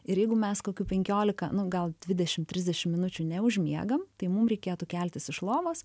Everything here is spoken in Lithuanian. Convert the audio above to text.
ir jeigu mes kokių penkiolika nu gal dvidešim trisdešim minučių neužmiegam tai mum reikėtų keltis iš lovos